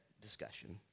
discussion